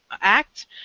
act